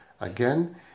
again